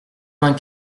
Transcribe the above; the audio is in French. vingt